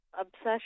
obsession